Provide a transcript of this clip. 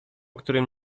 którym